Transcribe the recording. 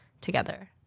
together